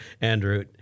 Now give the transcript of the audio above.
Andrew